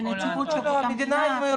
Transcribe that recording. בדיוק, ונציבות שירות המדינה.